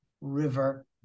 river